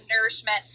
nourishment